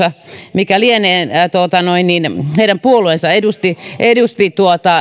mikä lienee tilaisuudessa ja heidän puolueensa edusti edusti